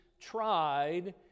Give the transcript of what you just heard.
tried